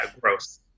gross